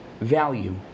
value